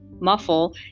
muffle